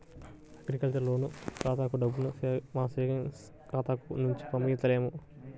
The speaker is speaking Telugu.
అగ్రికల్చర్ లోను ఖాతాలకు డబ్బుని మన సేవింగ్స్ ఖాతాల నుంచి పంపించలేము